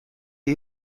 les